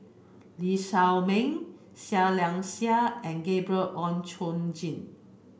Lee Shao Meng Seah Liang Seah and Gabriel Oon Chong Jin